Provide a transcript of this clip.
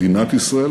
למדינת ישראל,